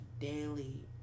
daily